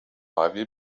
arriver